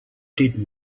did